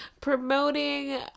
promoting